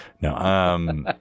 No